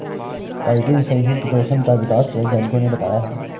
chitin से ही chitosan का विकास वैज्ञानिकों ने बताया है